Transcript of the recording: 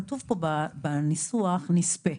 כתוב פה בניסוח "נספה",